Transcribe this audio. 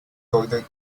golden